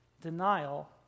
denial